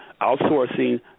Outsourcing